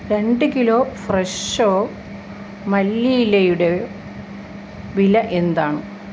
രണ്ട് കിലോ ഫ്രെഷോ മല്ലി ഇലയുടെ വില എന്താണ്